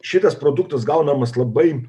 šitas produktas gaunamas labai